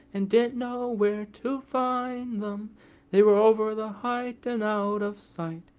and didn't know where to find they were over the height and out of sight,